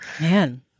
Man